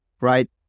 right